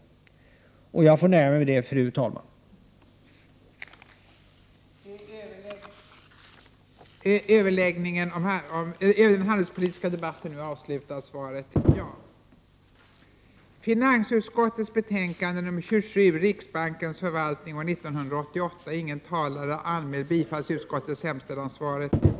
Jag får, fru talman, nöja mig med detta, eftersom min taletid nu är slut.